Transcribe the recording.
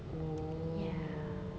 ya